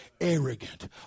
arrogant